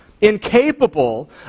incapable